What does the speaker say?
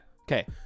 Okay